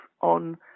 on